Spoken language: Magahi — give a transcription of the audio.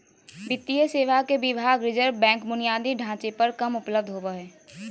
वित्तीय सेवा के विभाग रिज़र्व बैंक बुनियादी ढांचे पर कम उपलब्ध होबो हइ